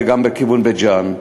וגם בכיוון בית-ג'ן.